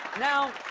now,